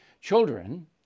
children